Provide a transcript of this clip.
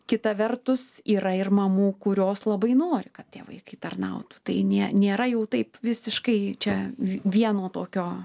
kita vertus yra ir mamų kurios labai nori kad tie vaikai tarnautų tai nie nėra jau taip visiškai čia vieno tokio